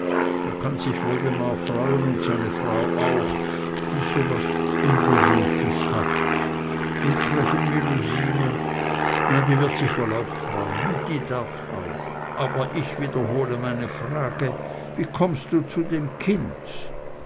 da kann sich woldemar freuen und seine frau auch die so was unberührtes hat und gräfin melusine na die wird sich wohl auch freun und die darf auch aber ich wiederhole meine frage wie kommst du zu dem kind